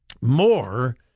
more